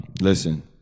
Listen